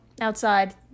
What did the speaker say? outside